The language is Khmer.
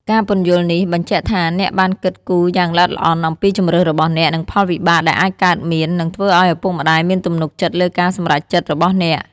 ការពន្យល់នេះ បញ្ជាក់ថាអ្នកបានគិតគូរយ៉ាងល្អិតល្អន់អំពីជម្រើសរបស់អ្នក និងផលវិបាកដែលអាចកើតមាន នឹងធ្វើឲ្យឪពុកម្ដាយមានទំនុកចិត្តលើការសម្រេចចិត្តរបស់អ្នក។